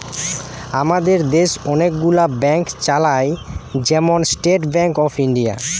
আমাদের দেশ অনেক গুলো ব্যাংক চালায়, যেমন স্টেট ব্যাংক অফ ইন্ডিয়া